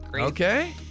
Okay